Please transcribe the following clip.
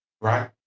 right